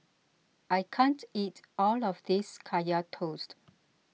I can't eat all of this Kaya Toast